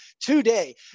today